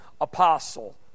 apostle